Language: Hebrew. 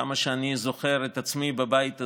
עד כמה שאני זוכר את עצמי בבית הזה,